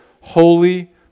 holy